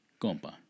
Compa